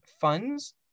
funds